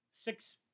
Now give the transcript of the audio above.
six